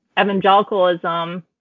evangelicalism